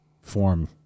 form